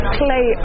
play